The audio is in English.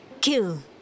kill